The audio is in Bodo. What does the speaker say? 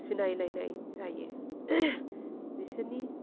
सिनायलायनाय जायो बिसोरनि